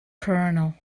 colonel